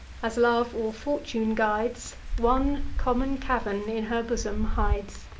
as love or fortune guides, one common cavern in her bosom hides.